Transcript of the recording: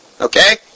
Okay